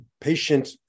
patient